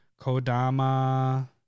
kodama